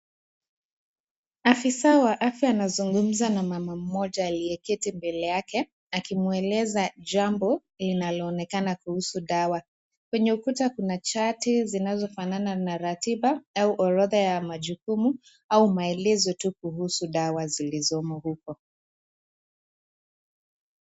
Afisa wa afya anazungumza na mama mmoja aliyeketi mbele yake akimueleza kuhusu jambo linaloonekana kuhusu dawa kwenye ukuta, kuna chati zinazofanana na ratiba au orodha ya majukumu au maelezo tu kuhusu dawa zilizomo huku.